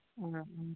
ആ